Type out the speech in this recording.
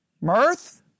mirth